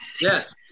yes